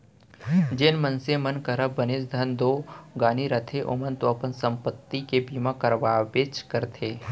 जेन मनसे मन करा बनेच धन दो गानी रथे ओमन तो अपन संपत्ति के बीमा करवाबेच करथे